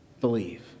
believe